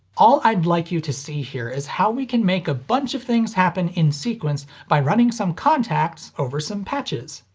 all i'd like you to see here is how we can make a bunch of things happen in sequence by running some contacts over some patches.